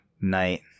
night